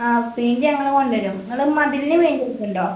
ആ പെയിൻറ് ഞങ്ങൾ കൊണ്ടുവരും നിങ്ങൾ മതിലിന് പെയിൻറ് അടിക്കുന്നുണ്ടോ